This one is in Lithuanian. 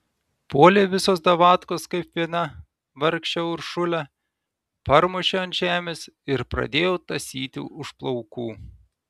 puolė visos davatkos kaip viena vargšę uršulę parmušė ant žemės ir pradėjo tąsyti už plaukų